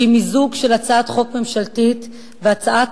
שהיא מיזוג של הצעת חוק ממשלתית והצעות